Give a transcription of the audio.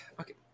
okay